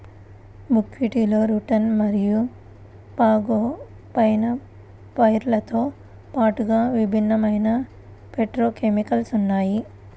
బుక్వీట్లో రుటిన్ మరియు ఫాగోపైరిన్లతో పాటుగా విభిన్నమైన ఫైటోకెమికల్స్ ఉన్నాయి